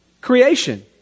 Creation